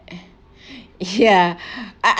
ya I